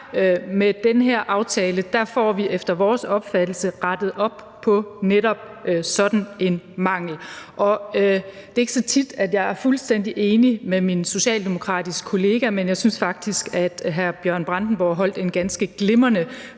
med denne aftale får vi efter vores opfattelse rettet op på netop sådan en mangel. Og det er ikke så tit, at jeg er fuldstændig enig med min socialdemokratiske kollega, men jeg synes faktisk, at hr. Bjørn Brandenborg holdt en ganske glimrende